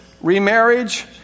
remarriage